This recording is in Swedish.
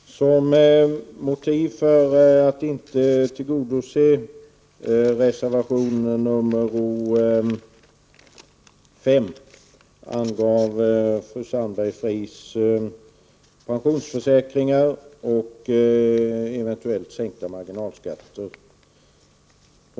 Herr talman! Som motiv för att inte tillgodose kraven i reservation 5 angav fru Sandberg-Fries möjligheterna till pensionsförsäkring och eventuella marginalskattesänkningar.